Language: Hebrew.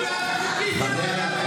חבר הכנסת מיכאל